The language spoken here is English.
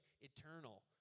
eternal